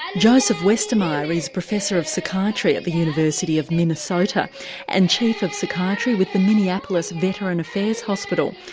um joseph westermeyer is professor of psychiatry at the university of minnesota and chief of psychiatry with the minneapolis veteran affairs hospital,